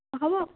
হ'ব